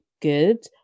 good